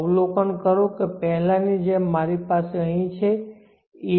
અવલોકન કરો કે પહેલાની જેમ મારી પાસે અહીં છે edt01